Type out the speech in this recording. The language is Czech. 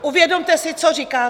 Uvědomte si, co říkáte.